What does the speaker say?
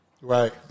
Right